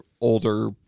older